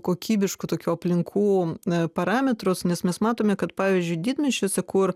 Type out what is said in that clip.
kokybiškų tokių aplinkų parametrus nes mes matome kad pavyzdžiui didmiesčiuose kur